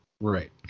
Right